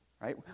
Right